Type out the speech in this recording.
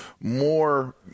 more